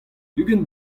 ugent